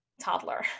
toddler